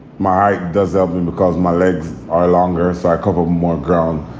my does everything because my legs are longer as i cover more ground